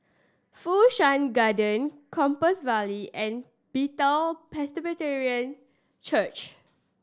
Fu Shan Garden Compassvale and Bethel Presbyterian Church